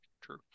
true